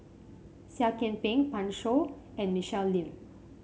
Seah Kian Peng Pan Shou and Michelle Lim